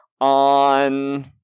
On